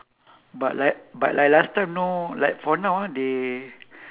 but like but like last time no like for now ah they